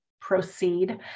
proceed